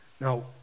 Now